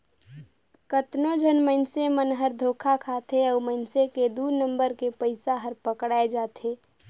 कतनो झन मइनसे मन हर धोखा खाथे अउ मइनसे के दु नंबर के पइसा हर पकड़ाए जाथे